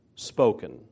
Spoken